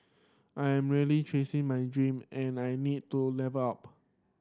I am really chasing my dream and I need to level up